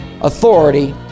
authority